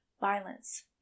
violence